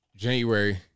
January